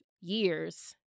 years